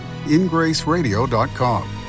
ingraceradio.com